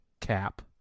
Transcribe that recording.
cap